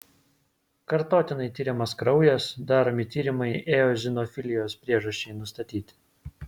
kartotinai tiriamas kraujas daromi tyrimai eozinofilijos priežasčiai nustatyti